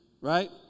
right